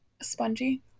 spongy